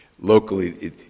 Locally